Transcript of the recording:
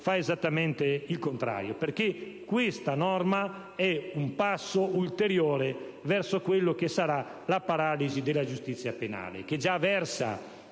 fa esattamente il contrario. Questa norma è un passo ulteriore verso quella che sarà la paralisi della giustizia penale, settore che già versa